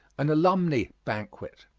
an alumni banquet.